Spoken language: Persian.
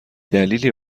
دلیلی